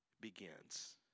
begins